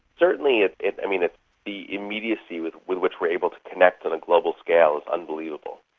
certainly the immediacy with with which we're able to connect on a global scale is unbelievable.